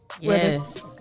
Yes